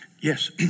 Yes